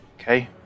okay